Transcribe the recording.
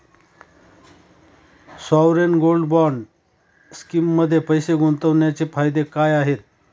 Sovereign gold bond स्कीममध्ये पैसे गुंतवण्याचे फायदे काय आहेत?